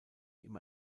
ihm